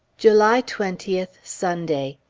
july twentieth, sunday.